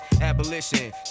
Abolition